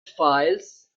files